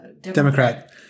Democrat